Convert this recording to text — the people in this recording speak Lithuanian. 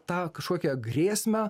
tą kažkokią grėsmę